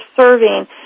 serving